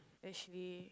actually